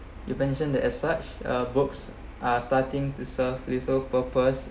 you mentioned that as such uh books are starting to serve research purpose